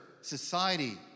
society